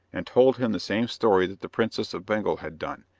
and told him the same story that the princess of bengal had done,